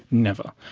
never.